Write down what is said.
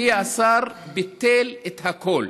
הגיע השר, ביטל את הכול.